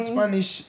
Spanish